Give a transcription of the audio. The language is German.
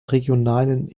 regionalen